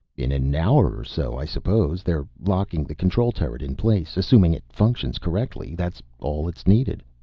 in an hour or so, i suppose. they're locking the control turret in place. assuming it functions correctly, that's all that's needed.